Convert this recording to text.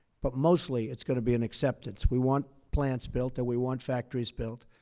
but mostly, it's going to be an acceptance. we want plants built, and we want factories built,